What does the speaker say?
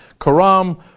Karam